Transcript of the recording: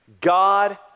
God